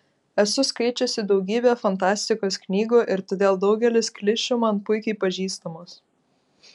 esu skaičiusi daugybę fantastikos knygų ir todėl daugelis klišių man puikiai pažįstamos